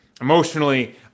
Emotionally